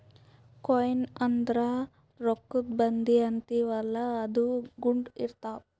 coin ಅಂದುರ್ ರೊಕ್ಕಾದು ಬಂದಿ ಅಂತೀವಿಯಲ್ಲ ಅದು ಗುಂಡ್ ಇರ್ತಾವ್